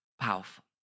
powerful